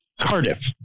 Cardiff